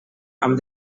amb